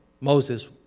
Moses